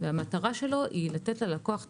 והמטרה שלו לתת ללקוח תחושה,